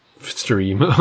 stream